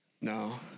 No